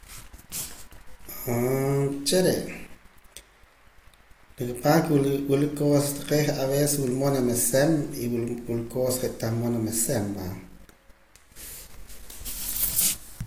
uche' re' wila cosas taqee' aveces wila mood nameseem y wula cosa je' tah mood nameseem